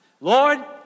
Lord